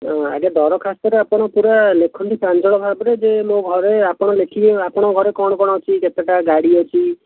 ଆଜ୍ଞା ଦରଖାସ୍ତରେ ଆପଣ ପୁରା ଲେଖନ୍ତୁ ପ୍ରାଞ୍ଜଳ ଭାବରେ ଯେ ମୋ ଘରେ ଆପଣ ଲେଖିବେ ଆପଣଙ୍କ ଘରେ କ'ଣ କ'ଣ ଅଛି କେତେଟା ଗାଡ଼ି ଅଛି